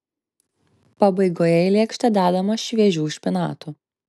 pabaigoje į lėkštę dedama šviežių špinatų